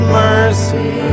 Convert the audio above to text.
mercy